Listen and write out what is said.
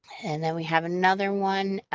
and then we have another one